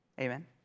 Amen